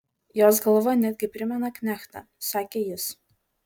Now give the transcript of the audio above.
jos galva netgi primena knechtą sakė jis